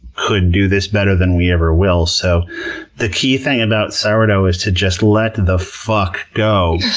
could do this better than we ever will. so the key thing about sourdough is to just let the fuck go,